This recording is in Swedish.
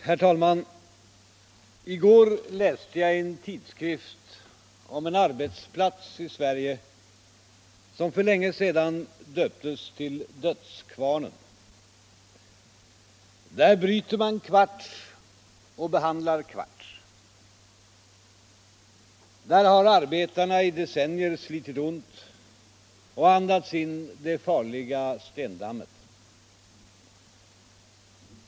Herr talman! I går läste jag i en tidskrift om en arbetsplats i Sverige som för länge sedan döptes till ”dödskvarnen”. Där bryter man kvarts och behandlar kvarts. Där har arbetarna i decennier slitit ont och andats in det farliga stendammet.